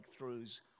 breakthroughs